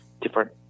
different